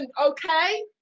okay